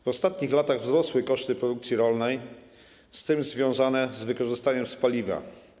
W ostatnich latach wzrosły koszty produkcji rolnej, w tym związane z wykorzystaniem paliwa.